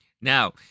Now